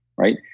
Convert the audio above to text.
right?